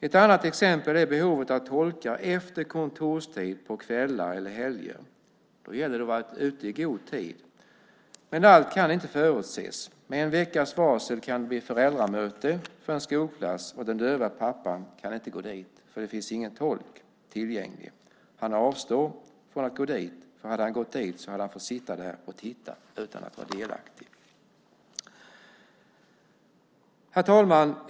Ett annat exempel är behovet av tolkar efter kontorstid på kvällar eller helger. Då gäller det att vara ute i god tid. Men allt kan inte förutses. Med en veckas varsel kan det bli föräldramöte för en skolklass, och den döva pappan kan inte gå dit eftersom det inte finns en tolk tillgänglig. Han avstår från att gå dit. Om han går dit får han sitta där och titta utan att vara delaktig. Herr talman!